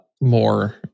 more